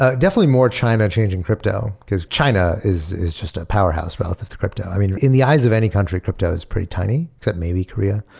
ah definitely more china changing crypto, because china is is just a powerhouse relative to crypto. i mean, in the eyes of any country, crypto is pretty tiny, except maybe korea.